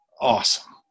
awesome